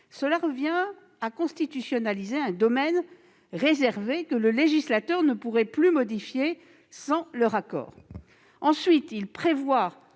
Cela revient à constitutionnaliser un domaine réservé que le législateur ne pourrait plus modifier sans leur accord. Ensuite, ils visent